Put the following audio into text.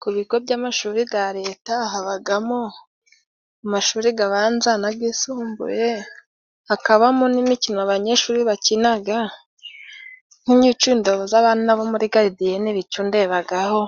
Ku bigo by'amashuri ga leta habagamo amashuri g'abanza n'agisumbuye, hakabamo n'imikino abanyeshuri bakinaga nk'imyicundo z'abana bo muri garidiyene bicundebagaho,